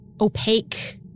opaque